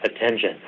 attention